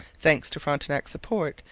thanks to frontenac's support,